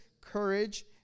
courage